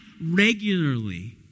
regularly